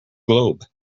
globe